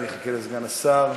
אני אחכה לסגן השר.